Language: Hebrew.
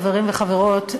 חברים וחברות,